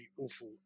awful